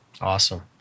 Awesome